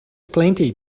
plenty